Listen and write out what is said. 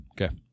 Okay